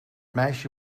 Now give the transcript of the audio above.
meisje